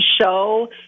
show